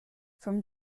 from